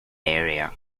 area